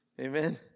Amen